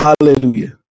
hallelujah